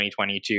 2022